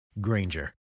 Granger